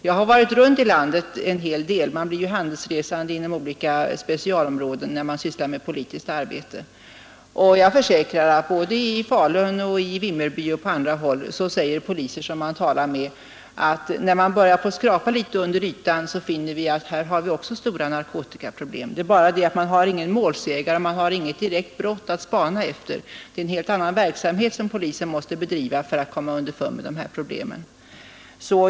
Jag har varit runt i landet - man blir ju handelsresande inom olika specialområden när man sysslar med politiskt arbete — och jag försäkrar att både i Falun och i Vimmerby och på andra håll säger polisen att när man börjar skrapa litet under ytan finner man att där finns också stora narkotikaproblem. Man har bara igare och man har inget direkt brott att spana efter. Det är en ingen mål helt annan verksamhet som polisen måste bedriva för att komma underfund med narkotikatrafiken.